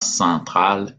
central